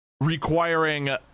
requiring